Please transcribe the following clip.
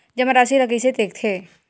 जमा राशि ला कइसे देखथे?